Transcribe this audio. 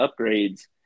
upgrades